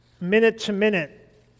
minute-to-minute